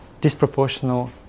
disproportional